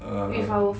err